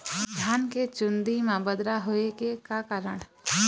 धान के चुन्दी मा बदरा होय के का कारण?